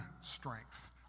strength